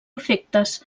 efectes